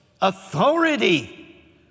authority